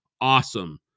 awesome